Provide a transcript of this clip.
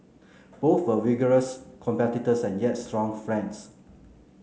both were vigorous competitors and yet strong friends